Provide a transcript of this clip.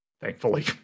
thankfully